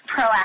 proactive